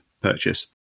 purchase